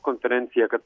konferenciją kad